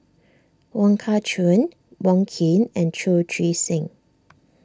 Wong Kah Chun Wong Keen and Chu Chee Seng